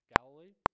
Galilee